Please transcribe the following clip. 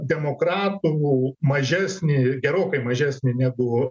demokratų mažesnį gerokai mažesnį negu